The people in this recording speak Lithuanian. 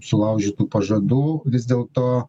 sulaužytų pažadų vis dėl to